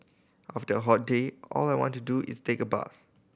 after a hot day all I want to do is take a bath